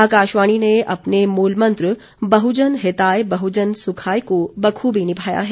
आकाशवाणी ने अपने मूल मंत्र बहुजन हिताय बहुजन सुखाय को बखूबी निभाया है